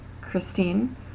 Christine